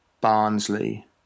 Barnsley